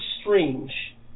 Strange